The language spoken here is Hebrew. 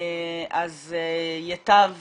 ייטב